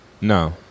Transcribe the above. No